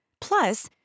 Plus